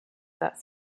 that